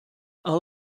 all